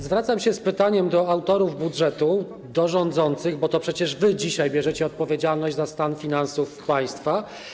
Zwracam się z pytaniem do autorów budżetu, do rządzących, bo to przecież wy dzisiaj bierzecie odpowiedzialność za stan finansów państwa.